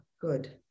good